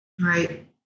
Right